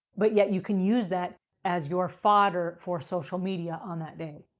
but yet you can use that as your fodder for social media on that day.